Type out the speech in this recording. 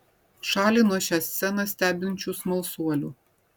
šalį nuo šią sceną stebinčių smalsuolių